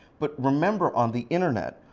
but remember, on the internet,